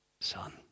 son